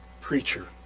preacher